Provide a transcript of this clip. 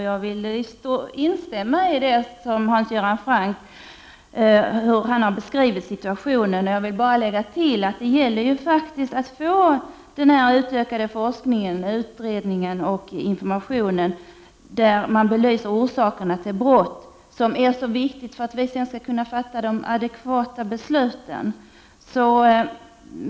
Jag instämmer i Hans Göran Francks beskrivning av situationen. Jag vill bara lägga till att det gäller att faktiskt få en samordning för forskning, utredning och information, där resultaten kan belysa orsakerna till brott. Detta är ju ytterst viktigt för att regering och riksdag skall kunna fatta adekvata beslut.